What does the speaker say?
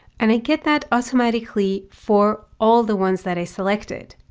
and i get that automatically for all the ones that i selected.